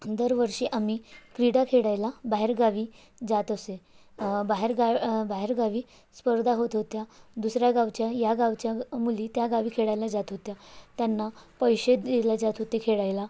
दरवर्षी आम्ही क्रीडा खेळायला बाहेरगावी जात असे बाहेरगा बाहेरगावी स्पर्धा होत होत्या दुसऱ्या गावच्या या गावच्या मुली त्या गावी खेळायला जात होत्या त्यांना पैसे दिले जात होते खेळायला